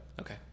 Okay